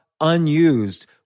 unused